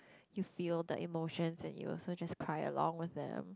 you feel that emotions and you also just cry along with them